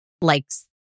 likes